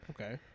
Okay